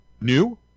New